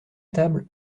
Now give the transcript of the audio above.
table